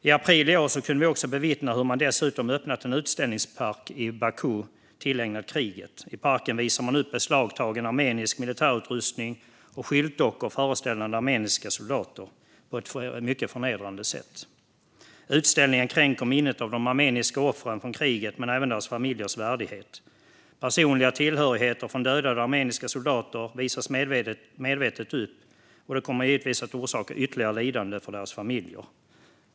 I april i år kunde vi bevittna att man dessutom öppnat en utställningspark i Baku tillägnad kriget. I parken visar man upp beslagtagen armenisk militärutrustning och skyltdockor föreställande armeniska soldater på ett mycket förnedrande sätt. Utställningen kränker minnet av de armeniska offren för kriget men även deras familjers värdighet. Personliga tillhörigheter från dödade armeniska soldater visas medvetet upp, och det kommer givetvis att orsaka ytterligare lidande för deras familjer.